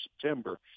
September